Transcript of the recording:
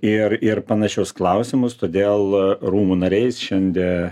ir ir panašius klausimus todėl rūmų nariais šiandien